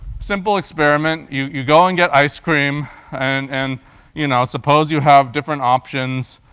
simple experiment, you you go and get ice cream and and you know suppose you have different options.